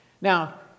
Now